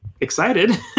excited